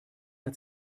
hat